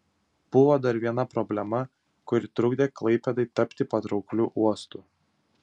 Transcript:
buvo dar viena problema kuri trukdė klaipėdai tapti patraukliu uostu